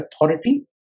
authority